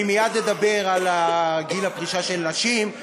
מייד אדבר על גיל הפרישה של נשים, אבל אני